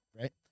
Right